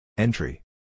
Entry